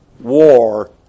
war